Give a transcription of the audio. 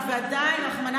ואתם המשכתם להחרים